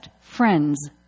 friends